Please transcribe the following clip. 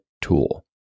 tool